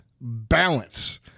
balance